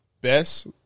best